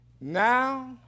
now